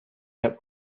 kept